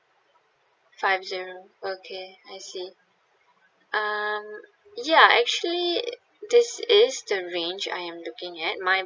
five zero okay I see um ya actually this is the range I am looking at my